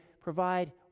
provide